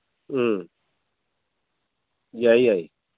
ꯎꯝ ꯌꯥꯏ ꯌꯥꯏ